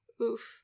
Oof